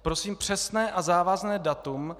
Prosím přesné a závazné datum.